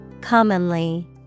commonly